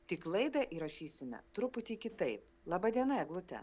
tik laidą įrašysime truputį kitaip laba diena eglute